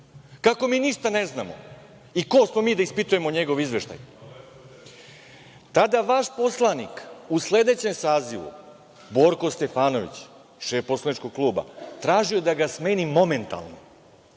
kako mi ništa ne znamo i ko smo mi da ispitujemo njegov izveštaj. Tada je vaš poslanik u sledećem sazivu Borko Stefanović, šef poslaničkog kluba, tražio da ga smenim momentalno